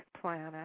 planet